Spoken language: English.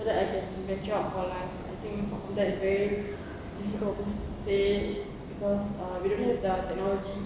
so that I can be with a job for life I think that's very safe cause uh we don't have the technology